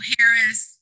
Harris